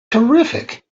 terrific